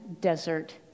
desert